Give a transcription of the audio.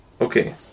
Okay